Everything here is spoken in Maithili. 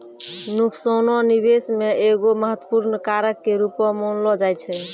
नुकसानो निबेश मे एगो महत्वपूर्ण कारक के रूपो मानलो जाय छै